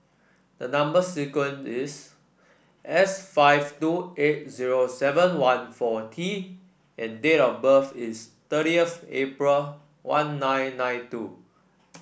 the number sequence is S five two eight zero seven one four T and date of birth is thirtieth April one nine nine two